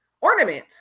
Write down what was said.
ornament